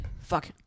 fuck